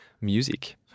music